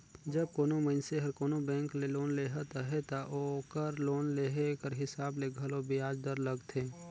जब कोनो मइनसे हर कोनो बेंक ले लोन लेहत अहे ता ओकर लोन लेहे कर हिसाब ले घलो बियाज दर लगथे